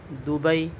Dubai